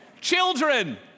Children